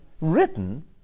written